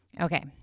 Okay